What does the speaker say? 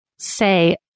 say